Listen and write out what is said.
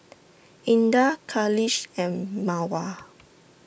Indah Khalish and Mawar